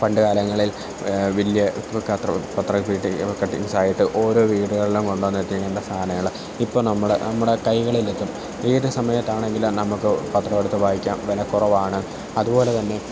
പണ്ടുകാലങ്ങളിൽ വലിയ കത്ര പത്ര കട്ടിങ് കട്ടിങ്സായിട്ട് ഓരോ വീടുകളിലും കൊണ്ടൊന്നു എത്തിക്കേണ്ട സാധനങ്ങള് ഇപ്പോള് നമ്മള് നമ്മുടെ കൈകളിലേക്കും ഏത് സമയത്താണെങ്കിലും നമുക്ക് പത്രമെടുത്ത് വായിക്കാം വിലക്കുറവാണ് അതുപോലെ തന്നെ